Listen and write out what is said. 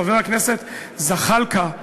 חבר הכנסת זחאלקה,